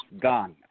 gone